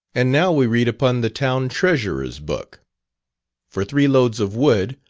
and now we read upon the town treasurer's book for three loads of wood,